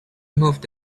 moved